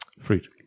Fruit